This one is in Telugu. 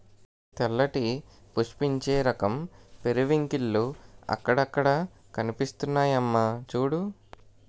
తెల్లటి పుష్పించే రకం పెరివింకిల్లు అక్కడక్కడా కనిపిస్తున్నాయమ్మా చూడూ